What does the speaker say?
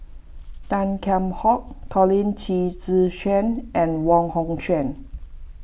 Tan Kheam Hock Colin Qi Zi Xuan and Wong Hong Quen